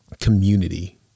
community